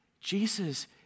Jesus